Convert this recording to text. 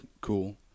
cool